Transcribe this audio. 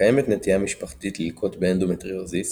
- קיימת נטייה משפחתית ללקות באנדומטריוזיס